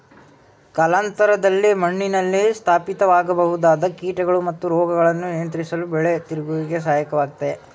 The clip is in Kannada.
ಕಾಲಾನಂತರದಲ್ಲಿ ಮಣ್ಣಿನಲ್ಲಿ ಸ್ಥಾಪಿತವಾಗಬಹುದಾದ ಕೀಟಗಳು ಮತ್ತು ರೋಗಗಳನ್ನು ನಿಯಂತ್ರಿಸಲು ಬೆಳೆ ತಿರುಗುವಿಕೆ ಸಹಾಯಕ ವಾಗಯ್ತೆ